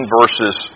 verses